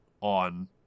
on